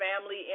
family